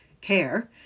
care